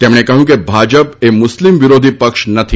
તેમણે કહ્યું કે ભાજપ એ મુસ્લિમ વિરોધી પક્ષ નથી